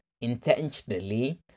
intentionally